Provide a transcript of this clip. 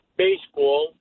baseball